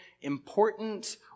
important